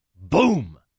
Boom